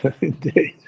Indeed